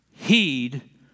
heed